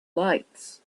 lights